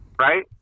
right